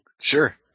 Sure